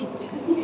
ठीक छै